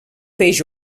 peix